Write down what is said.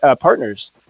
partners